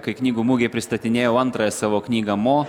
kai knygų mugėj pristatinėjau antrąją savo knygą mo